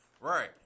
Right